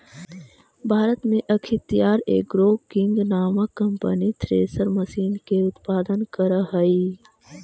भारत में अख्तियार Agro King नामक कम्पनी थ्रेसर मशीन के उत्पादन करऽ हई